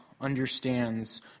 understands